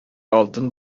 алтын